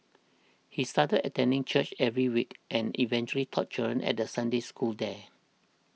he started attending church every week and eventually taught children at Sunday school there